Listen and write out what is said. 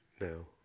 No